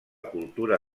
cultura